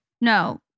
No